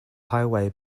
highway